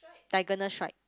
diagonal stripe